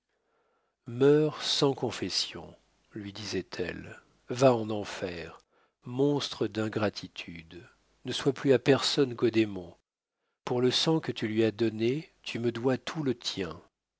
meurs sans confession lui disait-elle va en enfer monstre d'ingratitude ne sois plus à personne qu'au démon pour le sang que tu lui as donné tu me dois tout le tien